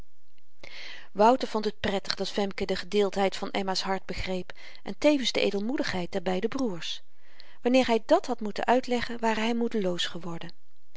wouter vond het prettig dat femke de gedeeldheid van emma's hart begreep en tevens de edelmoedigheid der beide broêrs wanneer hy dàt had moeten uitleggen ware hy moedeloos geworden